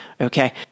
okay